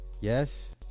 yes